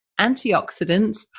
antioxidants